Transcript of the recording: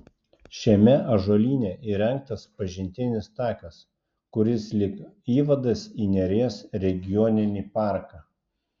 šiame ąžuolyne įrengtas pažintinis takas kuris lyg įvadas į neries regioninį parką